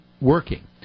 working